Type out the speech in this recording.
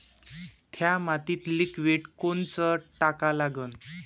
थ्या मातीत लिक्विड कोनचं टाका लागन?